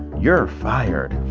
you're fired.